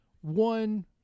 one